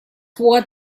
what